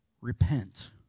repent